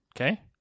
okay